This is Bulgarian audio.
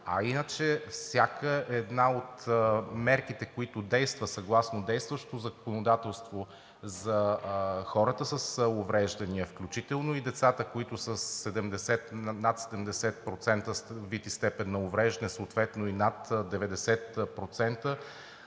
А иначе всяка една от мерките, които действат съгласно действащото законодателство за хората с увреждания, включително и децата, които са с над 70% вид и степен на увреждане, съответно и над 90%,